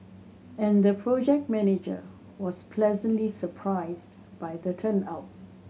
and the project manager was pleasantly surprised by the turnout